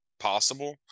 Possible